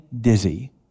dizzy